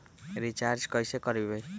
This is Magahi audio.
रिचाज कैसे करीब?